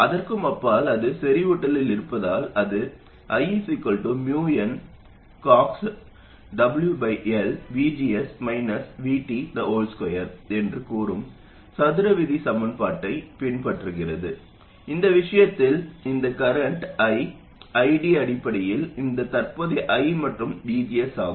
அதற்கும் அப்பால் அது செறிவூட்டலில் இருப்பதால் அது I nCox2 என்று கூறும் சதுர விதி சமன்பாட்டைப் பின்பற்றுகிறது இந்த விஷயத்தில் இந்த கர்ரன்ட் I ID அடிப்படையில் இந்த தற்போதைய I மற்றும் VGS ஆகும்